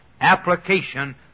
application